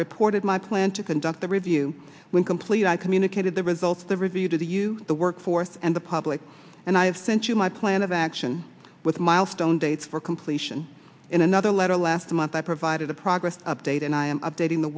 reported my plan to conduct the review when complete i communicated the results of the review to the you the work forth and the public and i have sent you my plan of action with milestone dates for completion in another letter last month i provided a progress update and i am updating the